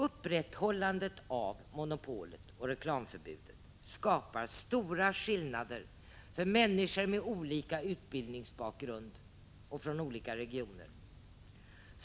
Upprätthållandet av monopolet och reklamförbudet skapar dessutom stora skillnader för människor med olika utbildningsbakgrund och från olika regioner.